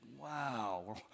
Wow